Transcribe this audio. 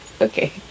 okay